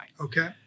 Okay